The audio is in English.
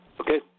Okay